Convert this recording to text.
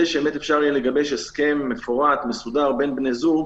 שאפשר יהיה לגבש הסכם מפורט ומסודר בין בני זוג,